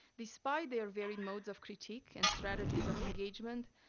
despite their varied modes of critique and strategies of engagement,